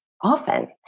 often